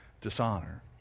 dishonor